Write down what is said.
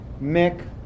Mick